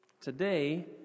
Today